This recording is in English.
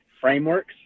frameworks